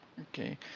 okay